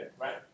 Right